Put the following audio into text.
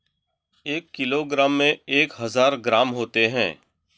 एक किलोग्राम में एक हज़ार ग्राम होते हैं